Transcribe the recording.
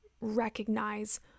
recognize